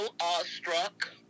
awestruck